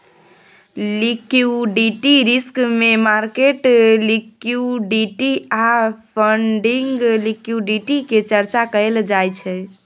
liquidity risk मे market liquidity आ funding liquidity के चर्चा कएल जाइ छै